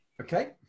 Okay